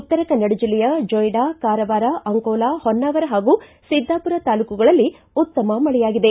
ಉತ್ತರ ಕನ್ನಡ ಜಿಲ್ಲೆಯ ಜೊಯಿಡಾ ಕಾರವಾರ ಅಂಕೋಲಾ ಹೊನ್ನಾವರ ಮತ್ತು ಸಿದ್ದಾಪುರ ತಾಲ್ಲೂಕುಗಳಲ್ಲಿ ಉತ್ತಮ ಮಳೆಯಾಗಿದೆ